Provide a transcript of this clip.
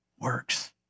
works